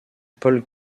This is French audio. paul